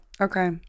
Okay